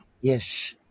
yes